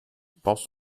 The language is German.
baust